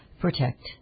Protect